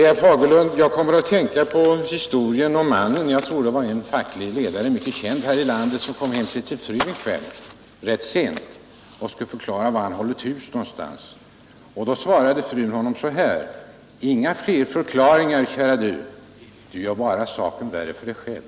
Jag kommer, herr Fagerlund, att tänka på historien om mannen — jag tror att det var en mycket känd facklig ledare här i landet — som kom hem sent en kväll och skulle förklara för sin fru var han hade hållit hus. Då svarade frun honom: Inga fler förklaringar, kära du. Du gör bara saken värre för dig själv.